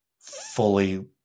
fully